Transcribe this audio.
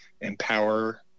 empower